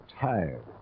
tired